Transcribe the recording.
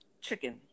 chicken